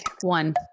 one